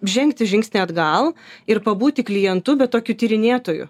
žengti žingsnį atgal ir pabūti klientu bet tokiu tyrinėtoju